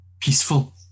peaceful